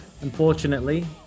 unfortunately